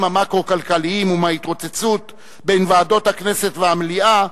המקרו-כלכליים ומההתרוצצות בין ועדות הכנסת למליאה,